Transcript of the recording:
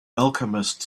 alchemist